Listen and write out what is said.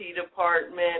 department